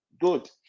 Good